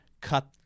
Cut